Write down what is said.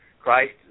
Christ